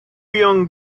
young